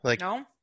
No